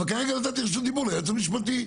אבל כרגע נתתי רשות דיבור ליועץ המשפטי.